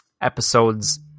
episodes